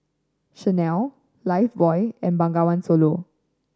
Chanel Lifebuoy and Bengawan Solo